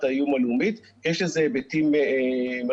האיום הלאומית כי יש לזה היבטים משמעותיים.